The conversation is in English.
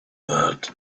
that